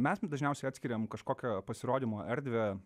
mes dažniausiai atskiriam kažkokią pasirodymo erdvę